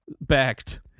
backed